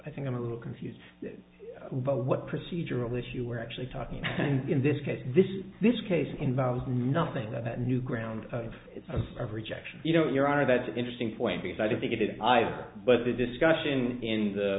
i think i'm a little confused about what procedural issue we're actually talking about in this case this this case involves nothing that new ground of rejection you don't your honor that's an interesting point because i don't think it is either but the discussion in the